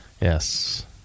Yes